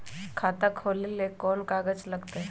खाता खोले ले कौन कौन कागज लगतै?